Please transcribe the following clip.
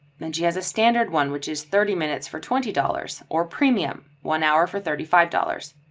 then she has a standard one which is thirty minutes for twenty dollars or premium one hour for thirty five dollars.